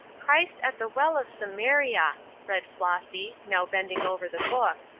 christ at the well of samaria! read flossy, now bending over the book,